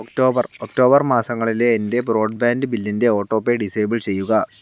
October October മാസങ്ങളിലെ എൻ്റെ broadband ബില്ലിൻ്റെ ഓട്ടോ പേ ഡിസേബിൾ ചെയ്യുക